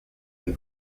and